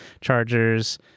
Chargers